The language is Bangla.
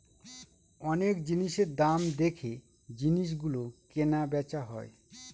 অনেক জিনিসের দাম দেখে জিনিস গুলো কেনা বেচা হয়